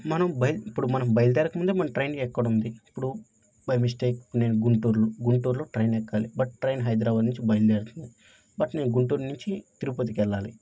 మనం బయ ఇప్పుడు మనం బయలుదేరక ముందే మన ట్రైన్ ఎక్కడ ఉంది ఇప్పుడు బై మిస్టేక్ నేను గుంటూరులో గుంటూరులో ట్రైన్ ఎక్కాలి బట్ ట్రైన్ హైదరాబాద్ నుంచి బయలుదేరుతుంది బట్ నేను గుంటూరు నుంచి తిరుపతికి వెళ్ళాలి